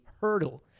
hurdle